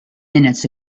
minutes